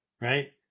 right